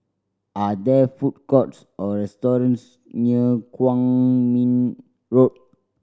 are there food courts or restaurants near Kwong Min Road